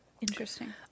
Interesting